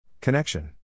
Connection